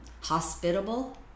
hospitable